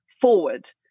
forward